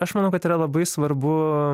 aš manau kad yra labai svarbu